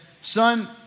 son